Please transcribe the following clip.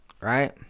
Right